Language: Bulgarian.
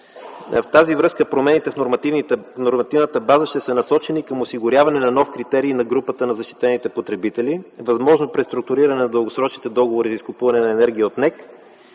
В тази връзка промените в нормативната база ще са насочени към осигуряване на нов критерий на групата на защитените потребители, възможно преструктуриране на дългосрочните договори за изкупуване на енергия от НЕК,